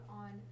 on